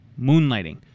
moonlighting